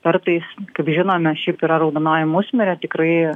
kartais kaip žinome šiaip yra raudonoji musmirė tikrai